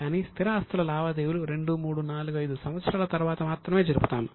కానీ స్థిర ఆస్తుల లావాదేవీలు రెండు మూడు నాలుగు ఐదు సంవత్సరాల తరువాత మాత్రమే జరుపుతాము